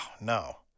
no